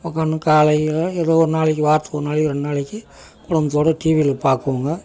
உட்காந்து காலையில் எதோ ஒரு நாளைக்கு வாரத்துக்கு ஒரு நாளைக்கு ரெண்டு நாளைக்கு குடும்பத்தோடு டிவியில் பார்க்குவோங்க